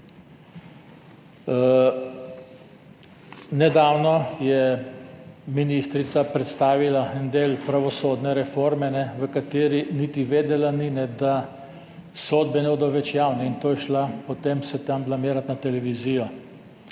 Nedavno je ministrica predstavila en del pravosodne reforme, o kateri niti vedela ni, da sodbe ne bodo več javne, in se je šla potem blamirati na televizijo.